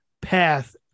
path